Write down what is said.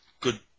good